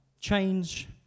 Change